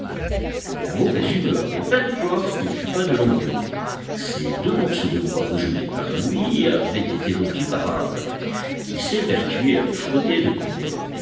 la mauvaise humeur de pencroff ne fut pas de longue durée ces deux morceaux de bois rejetés par lui avaient été repris par harbert qui s'évertuait à les frotter de plus belle